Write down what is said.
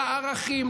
לערכים,